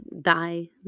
die